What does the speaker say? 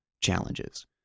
challenges